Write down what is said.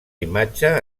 imatge